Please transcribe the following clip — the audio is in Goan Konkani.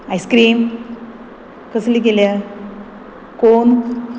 आयस्क्रीम कसली केल्या कोन